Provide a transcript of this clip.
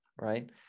right